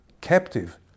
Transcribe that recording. captive